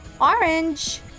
orange